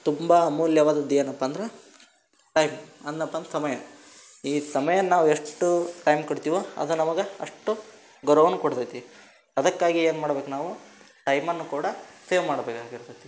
ತುಂಬ ಅಮೂಲ್ಯವಾದದ್ದು ಏನಪ್ಪ ಅಂದ್ರೆ ಟೈಮ್ ಅಂದನಪ್ಪ ಅಂದ್ರೆ ಸಮಯ ಈ ಸಮಯನ್ನ ನಾವು ಎಷ್ಟು ಟೈಮ್ ಕೊಡ್ತೀವೊ ಅದು ನಮಗೆ ಅಷ್ಟು ಗೌರವನ ಕೊಡ್ತೈತೆ ಅದಕ್ಕಾಗಿ ಏನು ಮಾಡ್ಬೇಕು ನಾವು ಟೈಮನ್ನು ಕೂಡ ಸೇವ್ ಮಾಡ್ಬೇಕು ಆಗಿರ್ತೈತೆ